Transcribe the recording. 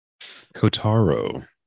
kotaro